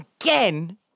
Again